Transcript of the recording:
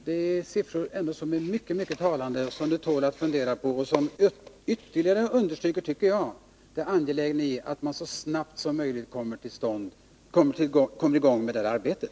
Detta är mycket talande siffror, som ytterligare understryker det angelägna i att man så snabbt som möjligt kommer i gång med arbetet.